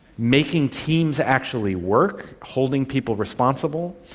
making teams actually work holding people responsible.